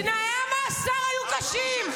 כל היום אתם מגינים על עבריינים.